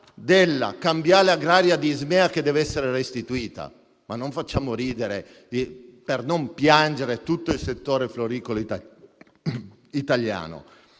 della cambiale agraria dell'Ismea che deve essere restituita? Ma non facciamo ridere, per non piangere, tutto il settore floricolo italiano!